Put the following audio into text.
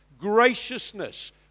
graciousness